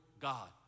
God